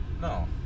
no